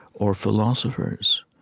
or philosophers,